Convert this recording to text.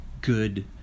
good